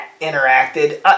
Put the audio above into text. interacted